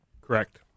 Correct